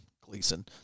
Gleason